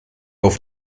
auf